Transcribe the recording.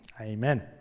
Amen